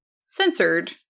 censored